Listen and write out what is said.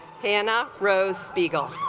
hannah rose spiegel